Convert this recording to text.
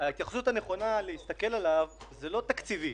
ההתייחסות הנכונה להתייחסות אליו היא לא תקציבית.